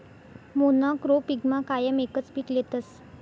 मोनॉक्रोपिगमा कायम एकच पीक लेतस